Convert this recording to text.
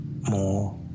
more